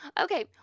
Okay